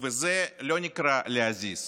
וזה לא נקרא להזיז,